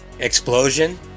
Explosion